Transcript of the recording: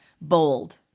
bold